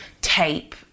tape